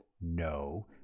No